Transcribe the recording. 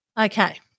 Okay